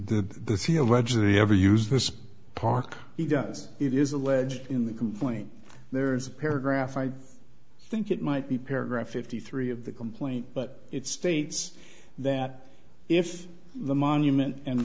allegedly ever use this park he does it is alleged in the complaint there's a paragraph i think it might be paragraph fifty three of the complaint but it states that if the monument and